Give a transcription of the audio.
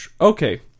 Okay